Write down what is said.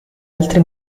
altri